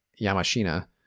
Yamashina